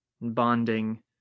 bonding